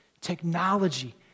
technology